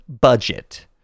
budget